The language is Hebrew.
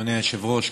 אדוני היושב-ראש,